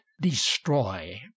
destroy